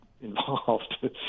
involved